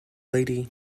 lady